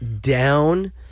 down